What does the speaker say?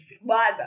Bada